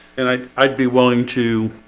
and i i'd be willing to